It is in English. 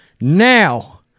Now